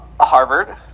Harvard